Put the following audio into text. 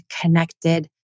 connected